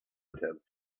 attempt